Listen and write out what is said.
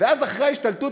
"חיזבאללה" ישתלט.